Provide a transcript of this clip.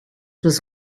was